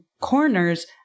corners